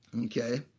Okay